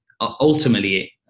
ultimately